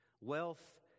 Wealth